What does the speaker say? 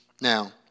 Now